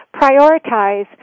prioritize